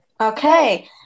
okay